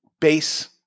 Base